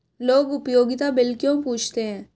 लोग उपयोगिता बिल क्यों पूछते हैं?